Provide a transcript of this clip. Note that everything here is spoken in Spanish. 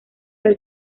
del